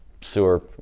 sewer